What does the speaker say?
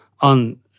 on